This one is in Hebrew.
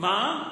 לא.